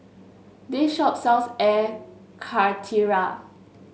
this shop sells Air Karthira